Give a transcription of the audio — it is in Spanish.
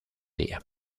día